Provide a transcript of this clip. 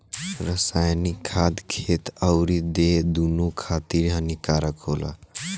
रासायनिक खाद खेत अउरी देह दूनो खातिर हानिकारक होला